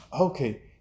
Okay